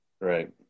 Right